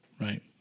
right